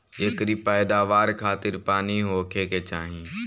एकरी पैदवार खातिर पानी होखे के चाही